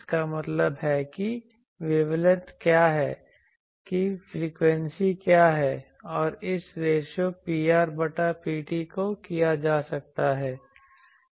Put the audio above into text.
इसका मतलब है कि वेवलेंथ क्या है या फ्रीक्वेंसी क्या है और इस रेशों Pr बटा Pt को किया जा सकता है